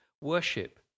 worship